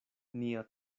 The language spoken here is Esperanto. nia